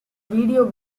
video